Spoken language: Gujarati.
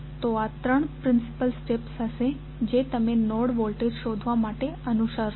તો આ ત્રણ પ્રિન્સિપલ સ્ટેપ્સ હશે જે તમે નોડ વોલ્ટેજ શોધવા માટે અનુસરશો